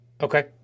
Okay